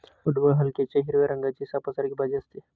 पडवळ हलक्याशा हिरव्या रंगाची सापासारखी भाजी असते